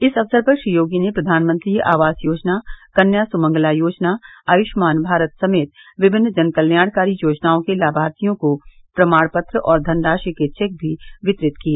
इस अवसर पर श्री योगी ने प्रधानमंत्री आवास योजना कन्या सुमंगला योजना आयुष्मान भारत समेत विभिन्न जनकल्याणकारी योजनाओं के लामार्थियों को प्रमाण पत्र और धनराशि के चेक भी वितरित किए